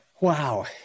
Wow